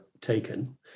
taken